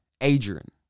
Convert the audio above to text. Adrian